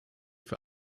für